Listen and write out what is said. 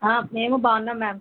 మేము బాగున్నాం మ్యామ్